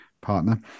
partner